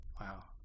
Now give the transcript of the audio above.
Wow